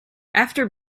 after